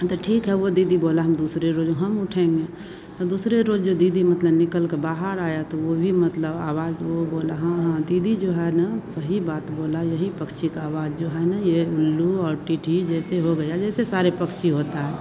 हाँ तो ठीक है वह दीदी बोली हम दूसरे रोज़ हम उठेंगे तो दूसरे रोज़ जो दीदी मतलब निकलकर बाहर आया तो वह भी मतलब आवाज़ वह बोली हाँ हाँ दीदी जो है ना सही बात बोली यही पक्षी का आवाज़ जो है ना यह उल्लू और टिटही जैसे हो गया जैसे सारे पक्षी होते हैं